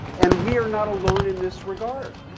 and we are not alone in this regard.